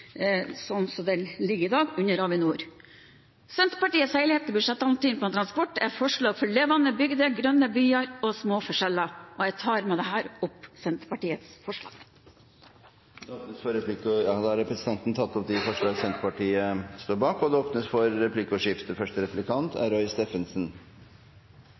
sånn som den ligger i dag, under Avinor. Senterpartiets helhetlige budsjettalternativ på transport er et forslag for levende bygder, grønne byer og små forskjeller. Jeg tar med dette opp Senterpartiets forslag. Representanten Sjelmo Nordås har tatt opp forslaget hun refererte til. Det blir replikkordskifte. Etter tiår med et økende vedlikeholdsetterslep blir det